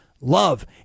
Love